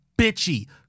bitchy